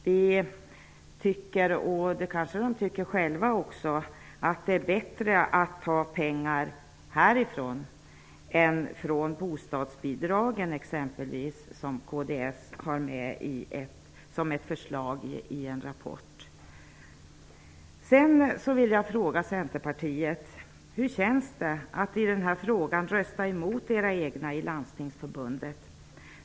Vi tycker -- det kanske de tycker själva också -- att det är bättre att ta pengar härifrån än från exempelvis bostadsbidragen, vilket kds föreslår i en rapport.